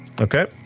Okay